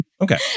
Okay